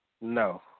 No